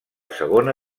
segona